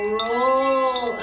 roll